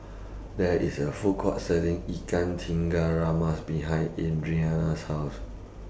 There IS A Food Court Selling Ikan Tiga Rama's behind Adriana's House